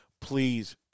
Please